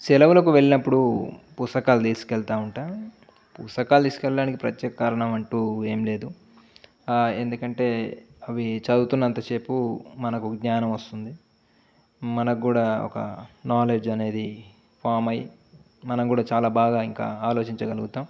సెలవులకు వెళ్ళినప్పుడు పుస్తకాలు తీసుకెళ్తూ ఉంటాం పుస్తకాలు తీసుకెళ్ళడానికి ప్రత్యేక కారణం అంటూ ఏం లేదు ఎందుకంటే అవి చదువుతున్నంతసేపు మనకు జ్ఞానం వస్తుంది మనకు కూడా ఒక నాలెడ్జ్ అనేది ఫామ్ అయ్యి మనం కూడా చాలా బాగా ఇంకా ఆలోచించగలుగుతాం